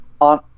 on